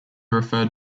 referred